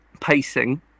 Pacing